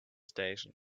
station